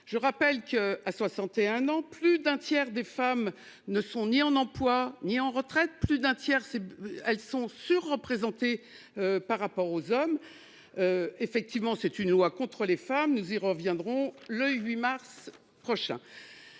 Je rappelle qu'à 61 ans, plus d'un tiers des femmes ne sont ni en emploi, ni en retraite. Plus d'un tiers c'est elles sont sur-représentés par rapport aux hommes. Effectivement, c'est une loi contre les femmes. Nous y reviendrons. Le 8 mars prochain.